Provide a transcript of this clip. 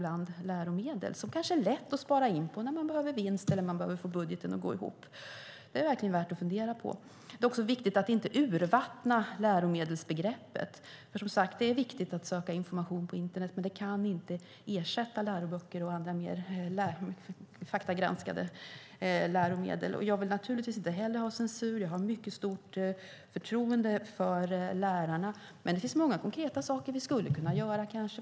Läromedel är kanske lätt att spara in på när man behöver vinst eller när man behöver få budgeten att gå ihop. Det är verkligen värt att fundera på. Det är också viktigt att inte urvattna läromedelsbegreppet. Det är som sagt viktigt att söka information på internet, men det kan inte ersätta läroböcker och andra mer faktagranskade läromedel. Jag vill naturligtvis inte heller ha censur; jag har ett mycket stort förtroende för lärarna. Men det finns många konkreta saker vi kanske skulle kunna göra.